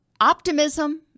optimism